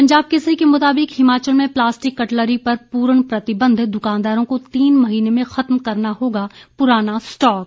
पंजाब केसरी के मुताबिक हिमाचल में प्लास्टिक कटलरी पर पूर्ण प्रतिबंध दुकानदारों को तीन महीने में खत्म करना होगा पुराना स्टाक